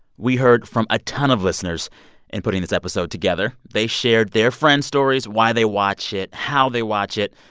we heard from a ton of listeners in putting this episode together. they shared their friends stories why they watch it, how they watch it.